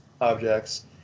objects